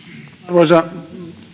arvoisa